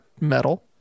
metal